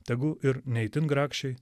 tegu ir ne itin grakščiai